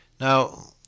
Now